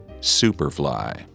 superfly